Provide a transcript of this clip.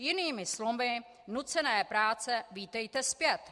Jinými slovy nucené práce, vítejte zpět.